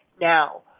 now